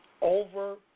over